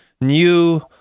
New